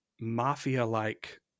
mafia-like